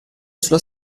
sulla